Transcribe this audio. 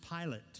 Pilate